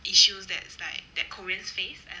issues that is like that koreans face